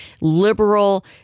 liberal